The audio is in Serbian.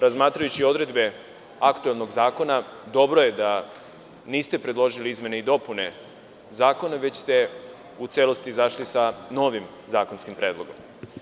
Razmatrajući odredbe aktuelnog zakona, dobro je da niste predložili izmene i dopune zakona, već ste u celosti izašli sa novim zakonskim predlogom.